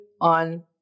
on